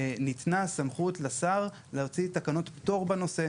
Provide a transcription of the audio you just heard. ניתנה סמכות לשר להוציא תקנות פטור בנושא.